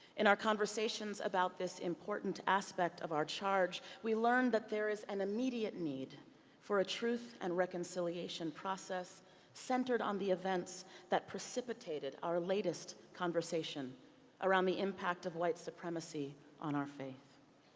in our conversations about this important aspect of our charge we learned that there is an immediate need for a truth and reconciliation process centered on the events that precipitated our latest conversation around the impact of white supremacy on our faith.